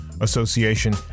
association